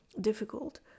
difficult